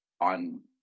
on